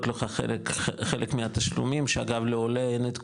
לך חלק מהתשלומים שאגב לעולה אין את כולם,